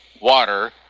water